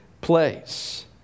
place